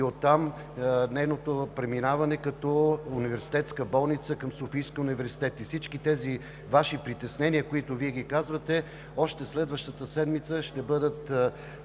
оттам нейното преминаване като университетска болница към Софийския университет. Всички тези Ваши притеснения, които Вие казвате, още следващата седмица ще бъдат